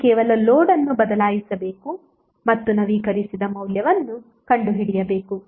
ನೀವು ಕೇವಲ ಲೋಡ್ ಅನ್ನು ಬದಲಾಯಿಸಬೇಕು ಮತ್ತು ನವೀಕರಿಸಿದ ಮೌಲ್ಯವನ್ನು ಕಂಡುಹಿಡಿಯಬೇಕು